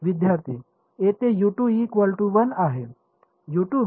विद्यार्थी तेथे आहे